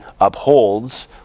upholds